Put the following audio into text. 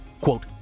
quote